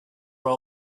were